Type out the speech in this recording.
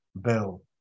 bill